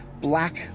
black